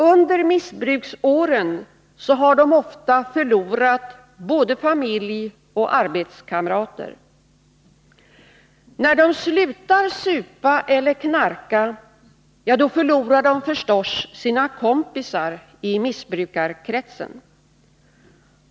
Under missbruksåren har de ofta förlorat både familj och arbetskamrater. När de slutar supa eller knarka förlorar de förstås sina kompisar i missbrukarkretsen.